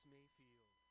Mayfield